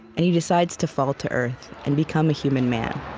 and he decides to fall to earth and become a human man